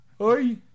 Oi